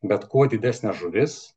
bet kuo didesnė žuvis